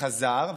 חזר,